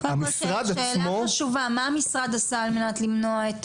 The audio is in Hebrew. שאלה חשובה, מה המשרד עשה על מנת למנוע?